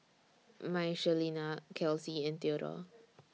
Michelina Kelsey and Theodore